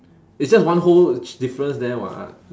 it's just one whole ch~ difference there [what]